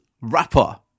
rapper